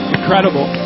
Incredible